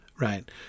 Right